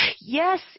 Yes